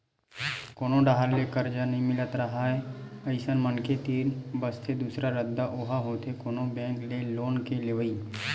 कोनो डाहर ले करजा नइ मिलत राहय अइसन मनखे तीर बचथे दूसरा रद्दा ओहा होथे कोनो बेंक ले लोन के लेवई